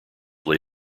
lay